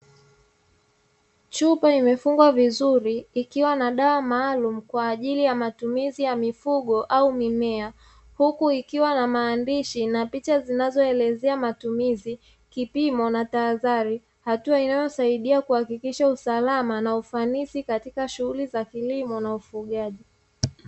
Chupa imefungwa vizuri ikiwa na dawa maalumu kwa ajili ya matumizi ya mifugo au mimea, huku ikiwa na maandishi na picha zinazoelezea matumizi kipimo na tahadhari hatua inayosaidia kuhakikisha usalama na ufanisi katika shughuli za kilimo na ufugaji.